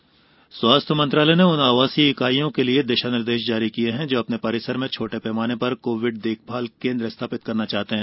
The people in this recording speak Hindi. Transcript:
आवासीय परिसर कोविड स्वास्थ्य मंत्रालय ने उन आवासीय इकाइयों के लिए दिशा निर्देश जारी किये हैं जो अपने परिसर में छोटे पैमाने पर कोविड देखभाल केन्द्र स्थापित करना चाहते हैं